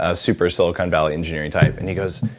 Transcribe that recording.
ah super silicon valley engineering type, and he goes,